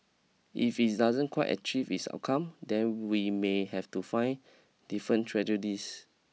if it's doesn't quite achieve its outcome then we may have to find different tragedies